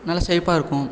நல்லா செழிப்பாக இருக்கும்